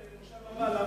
במושב הבא.